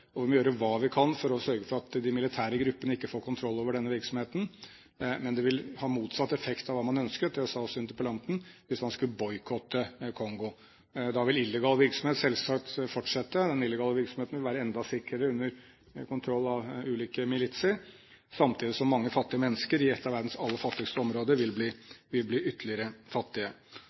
og vi må gjøre hva vi kan for å sørge for at de militære gruppene ikke får kontroll over denne virksomheten. Men det vil ha motsatt effekt av hva man ønsket – det sa også interpellanten – hvis man skulle boikotte Kongo. Da ville illegal virksomhet selvsagt fortsette. Den illegale virksomheten vil være enda sikrere under kontroll av ulike militser, samtidig som mange fattige mennesker i et av verdens aller fattigste områder vil bli ytterligere fattige.